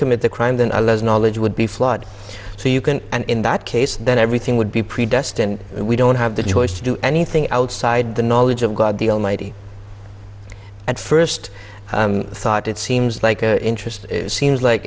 commit the crime then less knowledge would be flawed so you can and in that case then everything would be predestined we don't have the choice to do anything outside the knowledge of god the almighty at first thought it seems like a interest seems like